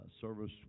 service